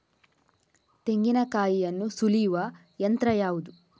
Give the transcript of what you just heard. ತೆಂಗಿನಕಾಯಿಯನ್ನು ಸುಲಿಯುವ ಯಂತ್ರ ಯಾವುದು?